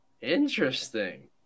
Interesting